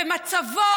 ומצבו,